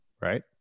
Right